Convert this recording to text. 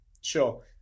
sure